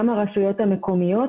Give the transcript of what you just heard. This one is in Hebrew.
המון.